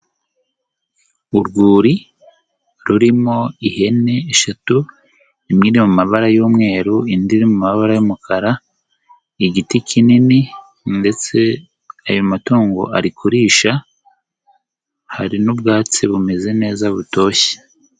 Urwuri rurimo ihene eshatu, iri mu mabara y'umweru, indi iri mu mabara y'umukara, igiti kinini, ndetse ayo matungo ari kurisha, hari n'ubwatsi bumeze neza butoshye.